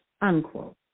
unquote